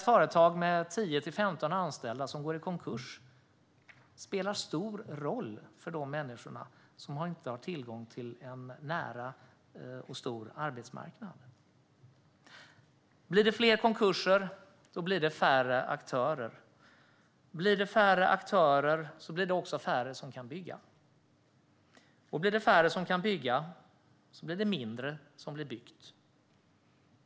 Företag med 10-15 anställda som går i konkurs spelar stor roll för de människor som inte har tillgång till en nära och stor arbetsmarknad. Blir det fler konkurser blir det färre aktörer. Blir det färre aktörer blir det också färre som kan bygga. Och blir det färre som kan bygga blir det mindre som blir byggt.